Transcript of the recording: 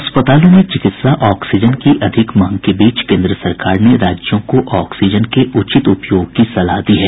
अस्पतालों में चिकित्सा ऑक्सीजन की अधिक मांग के बीच केन्द्र सरकार ने राज्यों को ऑक्सीजन के उचित उपयोग की सलाह दी है